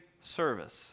service